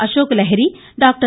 Ashok Lahiri doctor